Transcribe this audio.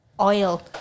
Oil